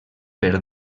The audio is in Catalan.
per